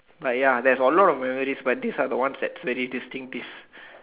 like ya there's a lot of memories but these are one that are very distinctive